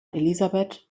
elisabeth